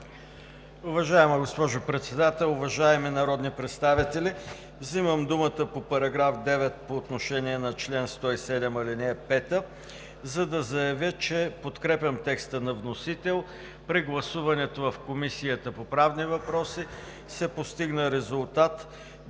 Уважаема госпожо Председател, уважаеми народни представители! Взимам думата по § 9 по отношение на чл. 107, ал. 5, за да заявя, че подкрепям текста на вносителя. При гласуването в Комисията по правни въпроси се постигна резултат: